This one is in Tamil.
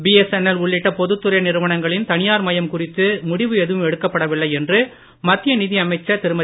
பிஎஸ்என்எல் உள்ளிட்ட பொதுத்துறை நிறுவனங்களின் தனியார் மயம் குறித்து முடிவு எதுவும் எடுக்கப்படவில்லை என்று மத்திய நிதி அமைச்சர் திருமதி